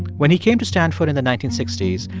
when he came to stanford in the nineteen sixty s,